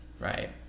right